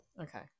Okay